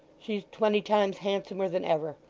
she's twenty times handsomer than ever.